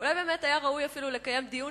שאולי באמת היה ראוי אפילו לקיים דיון